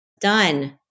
Done